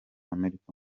amerika